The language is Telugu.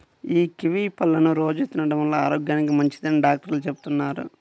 యీ కివీ పళ్ళని రోజూ తినడం వల్ల ఆరోగ్యానికి మంచిదని డాక్టర్లు చెబుతున్నారు